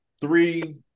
three